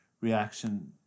reaction